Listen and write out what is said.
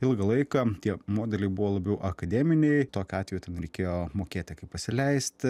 ilgą laiką tie modeliai buvo labiau akademiniai tokiu atveju ten reikėjo mokėti kaip pasileisti